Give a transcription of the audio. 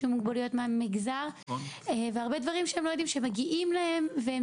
עם מוגבלויות מהמגזר והרבה דברים שהם לא יודעים שמגיעים להם והם